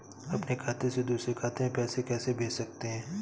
अपने खाते से दूसरे खाते में पैसे कैसे भेज सकते हैं?